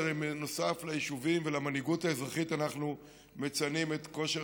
בנוסף ליישובים ולמנהיגות האזרחית אנחנו מציינים את כושר